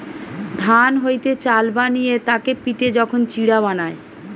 ধান হইতে চাল বানিয়ে তাকে পিটে যখন চিড়া বানায়